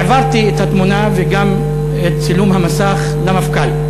העברתי את התמונה וגם את צילום המסך למפכ"ל.